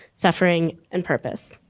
suffering and purpose.